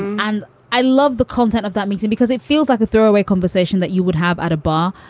and i love the content of that meeting because it feels like a throwaway conversation that you would have at a bar,